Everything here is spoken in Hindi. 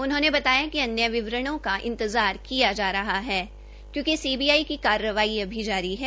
उन्होंने बताया कि अन्य विवरणों का इंतजार किया जा रहा है क्योकि सीबीआई की कार्रवाई अभी जारी है